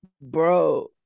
Bro